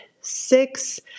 six